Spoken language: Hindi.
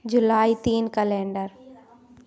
जुलाई तीन कैलेंडर